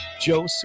Joe